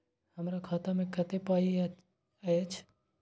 हमरा खाता में कत्ते पाई अएछ?